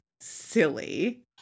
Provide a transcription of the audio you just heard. silly